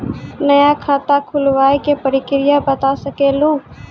नया खाता खुलवाए के प्रक्रिया बता सके लू?